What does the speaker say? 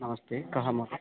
नमस्ते कः मात